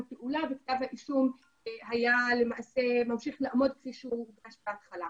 פעולה וכתב האישום היה ממשיך לעמוד כפי שהוגש בהתחלה.